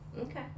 Okay